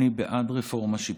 אני בעד רפורמה שיפוטית,